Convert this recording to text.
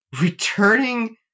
returning